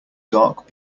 dark